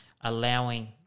allowing